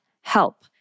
help